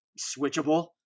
switchable